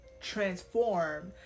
transform